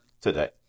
today